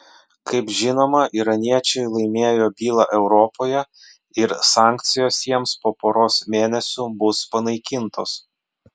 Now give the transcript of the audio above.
kaip žinoma iraniečiai laimėjo bylą europoje ir sankcijos jiems po poros mėnesių bus panaikintos